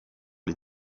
les